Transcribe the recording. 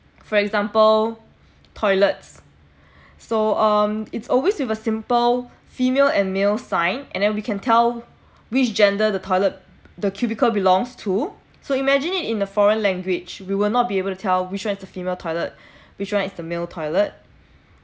for example toilets so um it's always with a simple female and male sign and then we can tell which gender the toilet the cubicle belongs to so imagine it in a foreign language we will not be able to tell which one is the female toilet which one is the male toilet